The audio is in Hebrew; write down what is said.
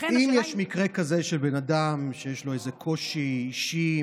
אם יש מקרה כזה של אדם שיש לו איזה קושי אישי,